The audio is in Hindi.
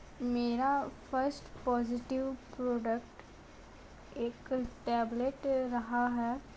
मेरा फ़र्स्ट पॉज़िटिव प्रॉडक्ट एक टैबलेट रहा है